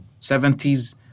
70s